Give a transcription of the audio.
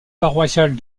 paroissiale